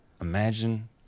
Imagine